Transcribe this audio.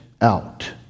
out